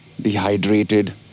Dehydrated